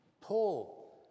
Paul